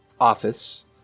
office